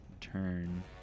turn